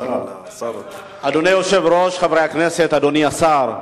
אדוני היושב-ראש, חברי הכנסת, אדוני השר,